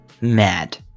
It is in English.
mad